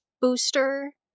Booster